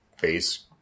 base